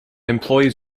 employers